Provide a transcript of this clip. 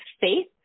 faith